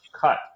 cut